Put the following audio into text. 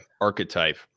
archetype